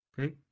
Okay